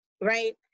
right